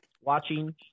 watching